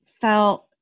felt